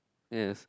yes